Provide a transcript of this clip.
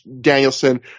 Danielson